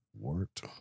Wart